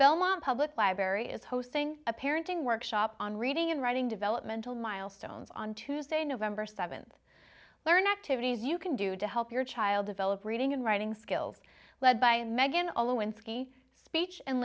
belmont public library is hosting a parenting workshop on reading and writing developmental milestones on tuesday november seventh learn activities you can do to help your child develop reading and writing skills led by him meghan although in speech and